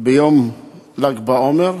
ביום ל"ג בעומר,